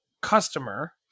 customer